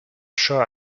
sure